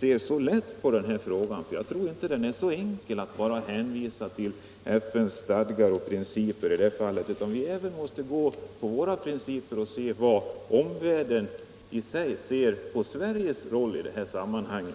tar så lätt på denna fråga. Jag tror inte att det är så enkelt att man bara kan hänvisa till FN:s stadgar och principer. Vi måste också försöka följa våra principer och se till hur omvärlden ser på Sveriges roll i detta sammanhang.